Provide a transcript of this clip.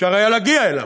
אפשר היה להגיע אליו.